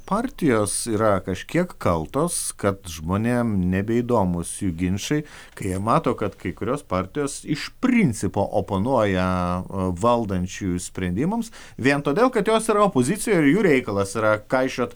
partijos yra kažkiek kaltos kad žmonėms nebeįdomūs jų ginčai kai jie mato kad kai kurios partijos iš principo oponuoja valdančiųjų sprendimams vien todėl kad jos yra opozicija ir jų reikalas yra kaišioti